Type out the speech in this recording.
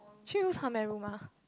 three rooms how many room ah